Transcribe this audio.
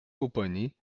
pupponi